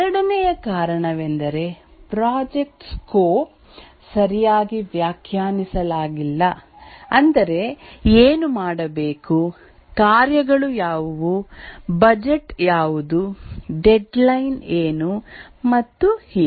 ಎರಡನೆಯ ಕಾರಣವೆಂದರೆ project scope ಸರಿಯಾಗಿ ವ್ಯಾಖ್ಯಾನಿಸಲಾಗಿಲ್ಲ ಅಂದರೆ ಏನು ಮಾಡಬೇಕು ಕಾರ್ಯಗಳು ಯಾವುವು ಬಜೆಟ್ ಯಾವುದು ಡೆಡ್ ಲೈನ್ ಏನು ಮತ್ತು ಹೀಗೆ